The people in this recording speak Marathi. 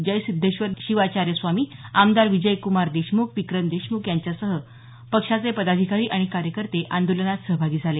जयसिध्देश्वर शिवाचार्य स्वामी आमदार विजयक्मार देशमुख विक्रम देशमुख यांच्यासह पक्षाचे पदाधिकारी आणि कार्यकर्ते आंदोलनात सहभागी झाले